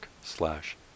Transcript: slash